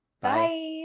Bye